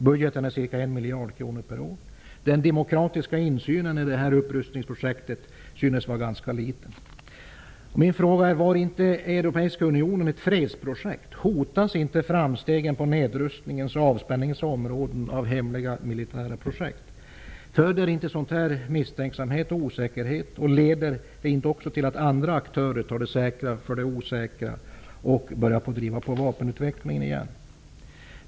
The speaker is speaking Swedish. Budgeten är ca 1 miljard kronor per år. Den demokratiska insynen i det upprustningsprojektet verkar vara ganska liten. Var inte europeiska unionen ett fredsprojekt? Hotas inte framstegen på nedrustningens och avspänningens område av hemliga militära projekt? Föder inte sådant misstänksamhet och osäkerhet? Leder det inte också till att andra aktörer tar det säkra före det osäkra och driver vapenutveckling igen?